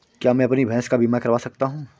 क्या मैं अपनी भैंस का बीमा करवा सकता हूँ?